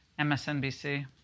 MSNBC